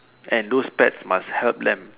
and those pets must help them